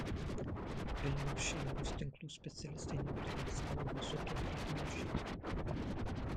vilniaus šilumos tinklų specialistai neutralizavo mazuto plitimo židinį